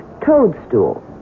toadstool